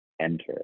enter